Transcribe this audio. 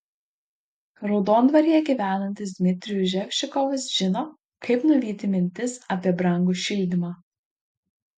raudondvaryje gyvenantis dmitrijus ževžikovas žino kaip nuvyti mintis apie brangų šildymą